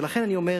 ולכן אני אומר,